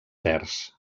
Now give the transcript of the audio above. verds